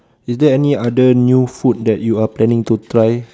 is there any other new food that you are planning to try